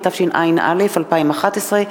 התשע”א 2011,